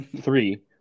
three